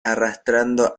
arrastrando